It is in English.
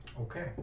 Okay